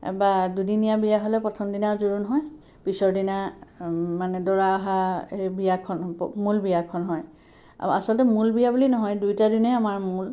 বা দুদিনীয়া বিয়া হ'লে প্ৰথম দিনা জোৰোণ হয় পিছৰ দিনা মানে দৰা অহা এই বিয়াখন মূল বিয়াখন হয় আৰু আচলতে মূল বিয়া বুলি নহয় দুয়োটা দিনেই আমাৰ মূল